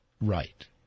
right